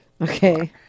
okay